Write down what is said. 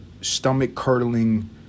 stomach-curdling